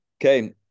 Okay